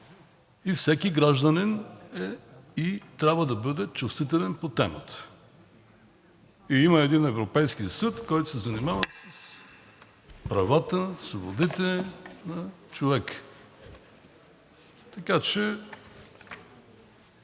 и всеки гражданин е и трябва да бъде чувствителен по темата. И има един Европейски съд, който се занимава с правата и свободите на човека, така че